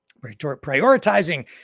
Prioritizing